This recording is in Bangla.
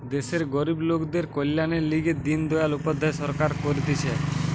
দেশের গরিব লোকদের কল্যাণের লিগে দিন দয়াল উপাধ্যায় সরকার করতিছে